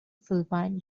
philippine